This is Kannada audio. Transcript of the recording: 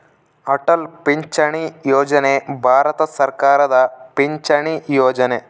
ಅಟಲ್ ಪಿಂಚಣಿ ಯೋಜನೆ ಭಾರತ ಸರ್ಕಾರದ ಪಿಂಚಣಿ ಯೊಜನೆ